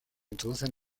introducen